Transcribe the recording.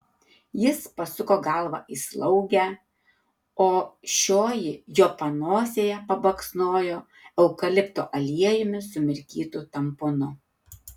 jis pasuko galvą į slaugę o šioji jo panosėje pabaksnojo eukalipto aliejumi sumirkytu tamponu